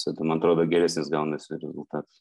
tada man atrodo geresnis gaunasi rezultatas